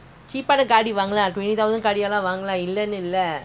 you put put car in the car park in free ah